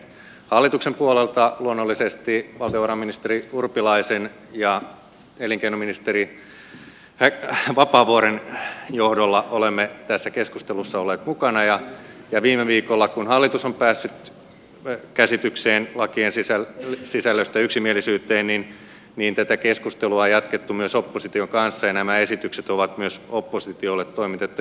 hallituksen puolelta luonnollisesti valtiovarainministeri urpilaisen ja elinkeinoministeri vapaavuoren johdolla olemme tässä keskustelussa olleet mukana ja viime viikolla kun hallitus on päässyt lakien sisällöstä yksimielisyyteen tätä keskustelua on jatkettu myös opposition kanssa ja nämä esitykset ovat myös oppositiolle toimitettu